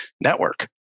network